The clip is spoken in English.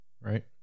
right